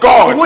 God